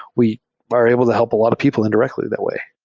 we are able to help a lot of people indirectly that way.